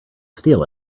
steal